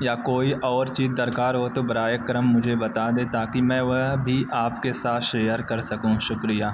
یا کوئی اور چیز درکار ہو تو براہ کرم مجھے بتا دیں تاکہ میں وہ بھی آپ کے ساتھ شیئر کر سکوں شکریہ